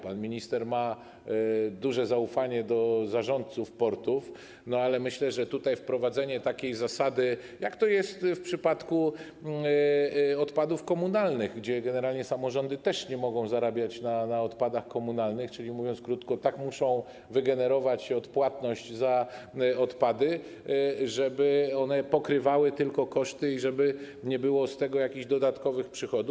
Pan minister ma duże zaufanie do zarządców portów, ale myślę, że można wprowadzić tutaj taką zasadę, jaka jest w przypadku odpadów komunalnych, gdzie generalnie samorządy też nie mogą zarabiać na odpadach komunalnych, czyli mówiąc krótko, tak muszą wygenerować odpłatność za odpady, żeby ona pokrywała tylko koszty i żeby nie było z tego jakichś dodatkowych przychodów.